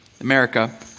America